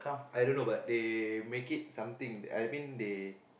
I don't know but they make it something I mean they